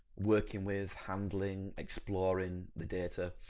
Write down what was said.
working with, handling, exploring the data.